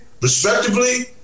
respectively